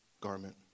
garment